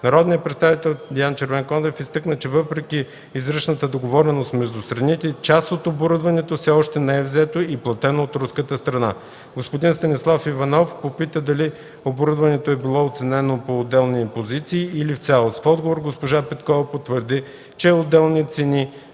Народният представител Диан Червенкондев изтъкна, че въпреки изричната договореност между страните, част от оборудването все още не е взето и платено от руската страна. Господин Станислав Иванов попита дали оборудването е било оценено по отделни позиции, или в цялост. В отговор госпожа Петкова потвърди, че отделни цени